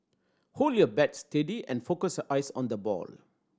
hold your bat steady and focus eyes on the ball